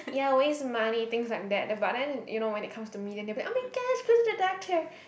ya waste money things like that but then you know when it comes to me then they'll be [oh]-my-god please go see a doctor